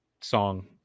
song